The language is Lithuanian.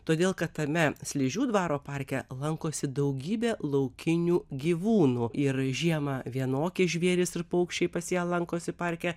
todėl kad tame sližių dvaro parke lankosi daugybė laukinių gyvūnų ir žiemą vienokie žvėrys ir paukščiai pas ją lankosi parke